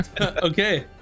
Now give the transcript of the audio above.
Okay